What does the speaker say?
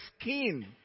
skin